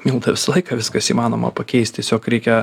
milda visą laiką viskas įmanoma pakeist tiesiog reikia